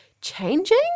changing